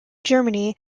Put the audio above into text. germany